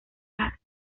las